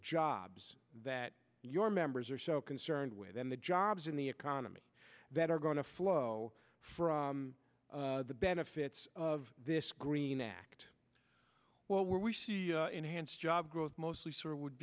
jobs that your members are so concerned with and the jobs in the economy that are going to flow from the benefits of this green act well where we see enhanced job growth mostly sort of would